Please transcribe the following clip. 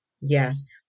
Yes